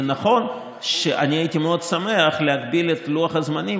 זה נכון שהייתי שמח להגביל את לוח הזמנים